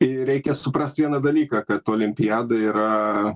ir reikia suprast vieną dalyką kad olimpiada yra